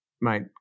mate